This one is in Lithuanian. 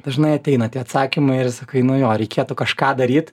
dažnai ateina tie atsakymai ir sakai nu jo reikėtų kažką daryt